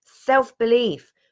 self-belief